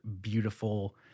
beautiful